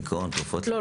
דיכאון --- לא,